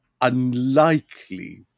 unlikely